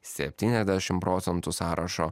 septyniasdešim procentų sąrašo